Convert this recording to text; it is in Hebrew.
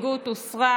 הוסרה.